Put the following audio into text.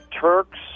Turks